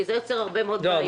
כי זה יוצר הרבה מאוד בעיות.